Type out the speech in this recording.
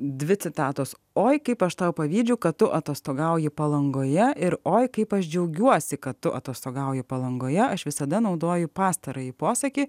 dvi citatos oi kaip aš tau pavydžiu kad tu atostogauji palangoje ir oi kaip aš džiaugiuosi kad tu atostogauji palangoje aš visada naudoju pastarąjį posakį